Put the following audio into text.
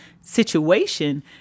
situation